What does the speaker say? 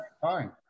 fine